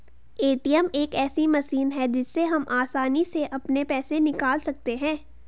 ATM एक ऐसी machine है जिससे हम आसानी से अपने पैसे निकाल सकते हैं